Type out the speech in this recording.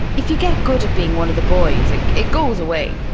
if you get good at being one of the boys it goes away.